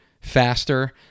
faster